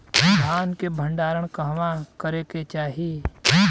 धान के भण्डारण कहवा करे के चाही?